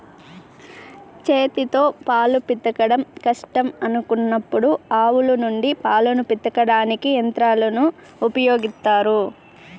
చేతితో పాలు పితకడం కష్టం అనుకున్నప్పుడు ఆవుల నుండి పాలను పితకడానికి యంత్రాలను ఉపయోగిత్తారు